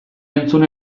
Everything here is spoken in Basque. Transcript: entzun